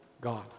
God